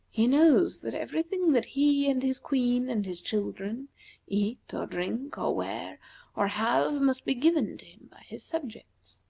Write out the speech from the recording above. he knows that every thing that he, and his queen, and his children eat, or drink, or wear, or have must be given to him by his subjects,